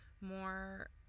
more